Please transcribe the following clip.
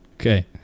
Okay